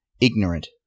ignorant